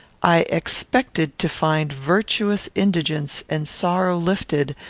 i expected to find virtuous indigence and sorrow lifted,